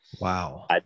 Wow